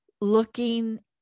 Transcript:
looking